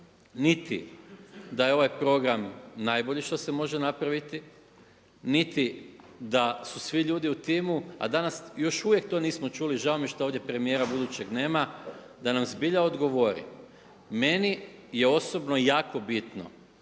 niti da je ovaj program najbolji što se može napraviti, niti da su svi ljudi u timu, a danas još uvijek to nismo čuli. Žao mi je što ovdje budućeg premijera nema, da nam zbilja odgovori, meni je osobno jako bitno